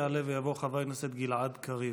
יעלה ויבוא חבר הכנסת גלעד קריב.